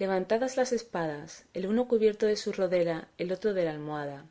levantadas las espadas el uno cubierto de su rodela el otro de la almohada